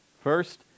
First